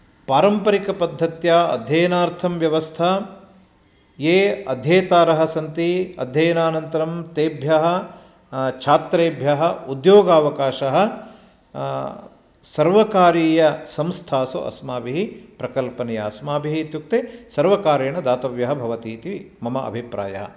पारम्परिकपद्धत्या अध्ययनार्थं व्यवस्था ये अध्येतारः सन्ति अध्ययनानन्तरं तेभ्यः छात्रेभ्यः उद्योगावकाशः सर्वकारीयसंस्थासु अस्माभिः प्रकल्पनीया अस्माभिः इत्युक्ते सर्वकारेण दातव्यः भवति इति मम अभिप्रायः